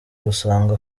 gusanga